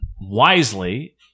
wisely